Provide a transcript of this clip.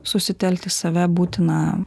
susitelkt į save būtina